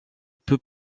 peut